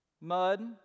mud